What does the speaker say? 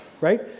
right